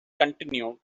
continued